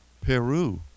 Peru